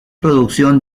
producción